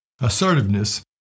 assertiveness